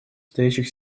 стоящих